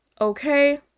okay